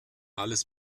alles